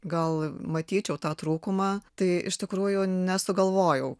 gal matyčiau tą trūkumą tai iš tikrųjų nesugalvojau